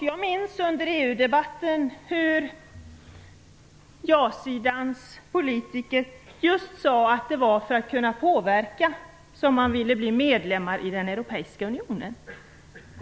Jag minns hur ja-sidans politiker under EU debatten just sade att det var för att kunna påverka som man ville bli medlem i den europeiska unionen.